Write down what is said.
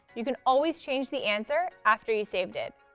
you can always change the answer after you saved it,